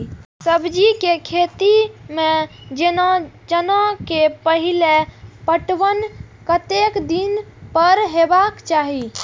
सब्जी के खेती में जेना चना के पहिले पटवन कतेक दिन पर हेबाक चाही?